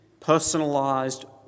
personalised